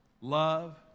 love